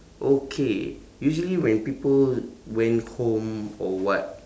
okay usually when people went home or what